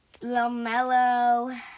LaMelo